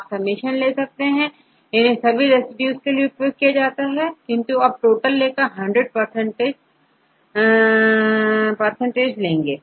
आप सम्मेशन लेते हैं और इन्हें सभी रेसिड्यू के लिए उपयोग करते हैं किंतु आप टोटल लेकर हंड्रेड परसेंटएज लेंगे